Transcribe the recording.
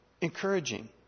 Encouraging